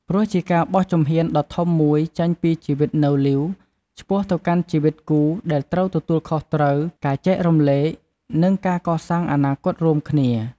ព្រោះជាការបោះជំហានដ៏ធំមួយចេញពីជីវិតនៅលីវ ឆ្ពោះទៅកាន់ជីវិតគូដែលត្រូវទទួលខុសត្រូវ ការចែករំលែក និងការកសាងអនាគតរួមគ្នា។